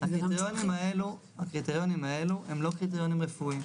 הקריטריונים האלו הם לא קריטריונים רפואיים.